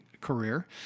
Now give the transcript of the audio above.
career